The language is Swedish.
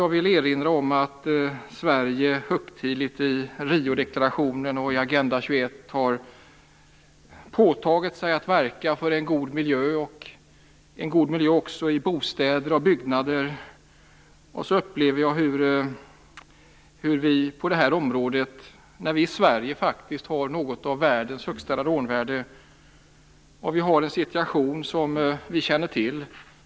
Jag vill erinra om att Sverige högtidligt i Rio-deklarationen och i Agenda 21 har påtagit sig att verka för en god miljö och en god miljö också i bostäder och byggnader. Vi i Sverige har faktiskt bland världens högsta radonvärden, och vi har en situation som vi känner till.